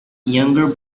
younger